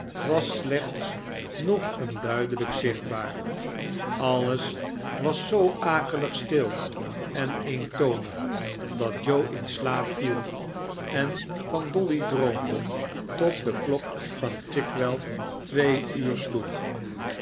was slechts nog onduidelijk zichtbaar alles was zoo akelig stil en eentonig dat joe in slaap viel en van dolly droomde tot de klok van chigwell twee uur sloeg